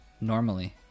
normally